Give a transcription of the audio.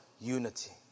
unity